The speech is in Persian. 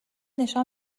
نشان